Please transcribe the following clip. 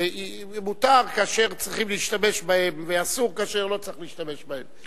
מותר כאשר צריך להשתמש בהם ואסור כאשר לא צריך להשתמש בהם.